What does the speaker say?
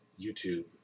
YouTube